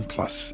Plus